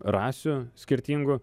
rasių skirtingų